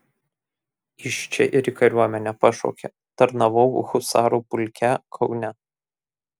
iš čia ir į kariuomenę pašaukė tarnavau husarų pulke kaune